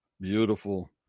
beautiful